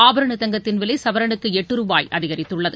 ஆபரணத் தங்கத்தின் விலை சவரனுக்கு எட்டு ரூபாய் அதிகரித்துள்ளது